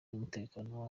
y’umutekano